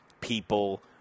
people